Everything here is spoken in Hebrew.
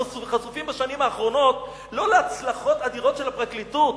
אנחנו חשופים בשנים האחרונות לא להצלחות אדירות של הפרקליטות,